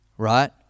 Right